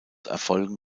erfolgen